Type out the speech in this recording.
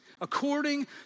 According